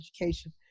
education